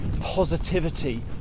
positivity